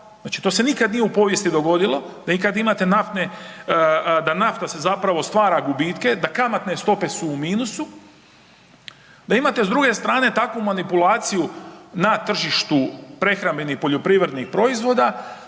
platit, to se nikad nije u povijesti dogodilo, da nafta stvara gubitke, da kamatne stope su u minusu, da imate s druge strane takvu manipulaciju na tržištu prehrambenih poljoprivrednih proizvoda